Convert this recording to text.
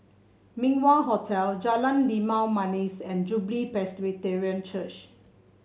Min Wah Hotel Jalan Limau Manis and Jubilee Presbyterian Church